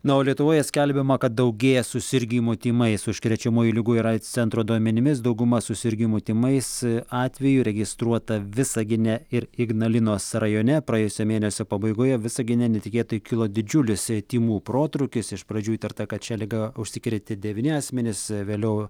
na o lietuvoje skelbiama kad daugėja susirgimų tymais užkrečiamųjų ligų ir aids centro duomenimis dauguma susirgimų tymais atvejų registruota visagine ir ignalinos rajone praėjusio mėnesio pabaigoje visagine netikėtai kilo didžiulis tymų protrūkis iš pradžių įtarta kad šia liga užsikrėtė devyni asmenys vėliau